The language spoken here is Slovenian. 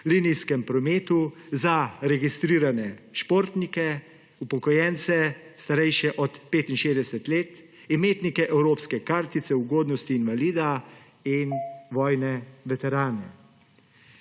linijskem prometu za registrirane športnike, upokojence, starejše od 65 let, imetnike evropske kartice ugodnosti invalida in vojne veterane.